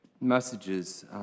messages